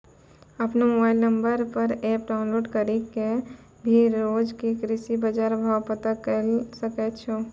आपनो mobile number पर app download करी कॅ भी रोज के कृषि बाजार भाव पता करै ल सकै छो